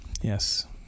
yes